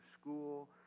school